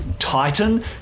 Titan